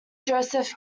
joseph